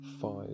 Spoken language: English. five